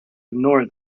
ignore